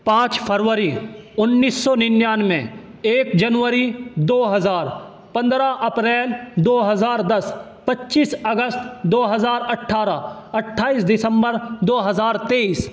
پانچ فروری انیس سو ننیانمے ایک جنوری دو ہزار پندرہ اپریل دو ہزار دس پچیس اگست دو ہزار اٹھارہ اٹھائیس دسمبر دو ہزار تیئیس